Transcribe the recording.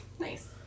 nice